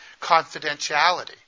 confidentiality